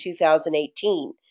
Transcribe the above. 2018